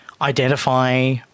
identify